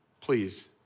Please